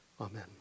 Amen